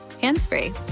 hands-free